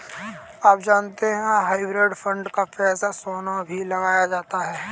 आप जानते है हाइब्रिड फंड का पैसा सोना में भी लगाया जाता है?